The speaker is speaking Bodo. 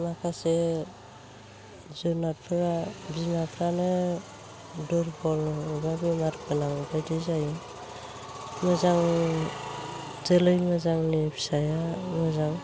माखासे जुनादफोरा बिमाफ्रानो दुरबल माबा बेमार गोनांबायदि जायो मोजां जोलै मोजांनि फिसाया मोजां